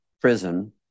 prison